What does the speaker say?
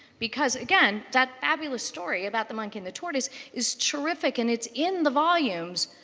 because again, that fabulous story about the monkey and the tortoise is terrific and it's in the volumes.